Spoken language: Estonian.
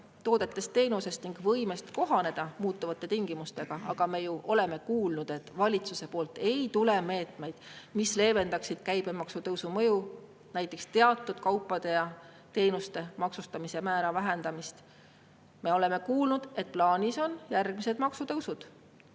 toodetest-teenustest ning võimest kohaneda muutuvate tingimustega. Aga me ju oleme kuulnud, et valitsuse poolt ei tule meetmeid, mis leevendaksid käibemaksutõusu mõju, näiteks teatud kaupade ja teenuste maksustamise määra vähendamist. Me oleme kuulnud, et plaanis on järgmised maksutõusud.